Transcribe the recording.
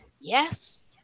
yes